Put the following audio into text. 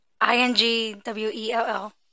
I-N-G-W-E-L-L